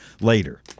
later